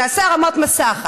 נעשה הרמות מסך.